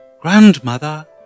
Grandmother